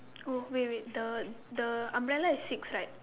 oh wait wait the umbrella is six right